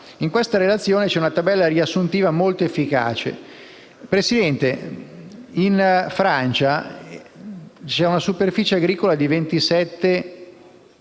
In questa relazione c'è una tabella riassuntiva molto efficace. Signor Presidente, in Francia c'è una superficie agricola di 27